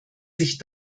sich